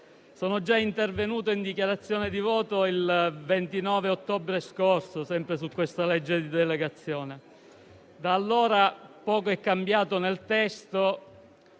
Sono già intervenuto in dichiarazione di voto il 29 ottobre scorso su questo stesso provvedimento. Da allora poco è cambiato nel testo